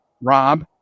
Rob